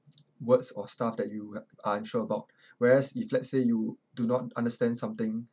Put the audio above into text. words or stuff that you h~ are unsure about whereas if let's say you do not understand something